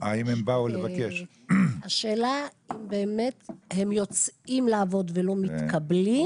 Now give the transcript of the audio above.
היא האם הם באמת יוצאים לעבוד ולא מתקבלים,